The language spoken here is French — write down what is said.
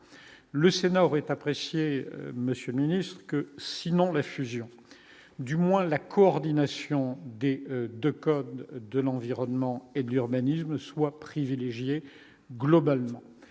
le Sénat auraient apprécié monsieur ministre que sinon la fusion du moins, la coordination des 2 côtés de l'environnement et de l'urbanisme soit privilégiée, globalement,